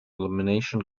elimination